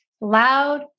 loud